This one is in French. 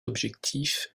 objectif